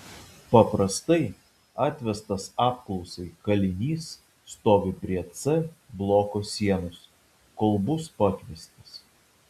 paprastai atvestas apklausai kalinys stovi prie c bloko sienos kol bus pakviestas